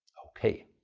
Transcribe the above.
ok,